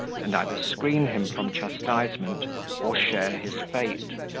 and either screen him from chastisement or share his fate.